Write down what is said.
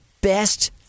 best